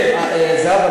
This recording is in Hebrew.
זהבה,